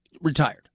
retired